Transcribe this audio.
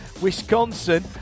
Wisconsin